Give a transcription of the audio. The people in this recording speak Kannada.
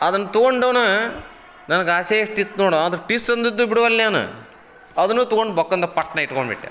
ಅದನ್ನ ತೊಗೊಂಡವನ ನನ್ಗೆ ಆಸೆ ಎಷ್ಟಿತ್ತು ನೋಡು ಅದು ಟಿಸ್ ಅಂದದ್ದು ಬಿಡವಲ್ಲೇ ನಾನ ಅದುನು ತೊಗೊಂಡು ಬಕ್ಕಣ್ದ ಪಕ್ಕನೆ ಇಟ್ಕೊಂಡ್ಬಿಟ್ಟೆ